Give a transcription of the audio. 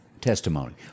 testimony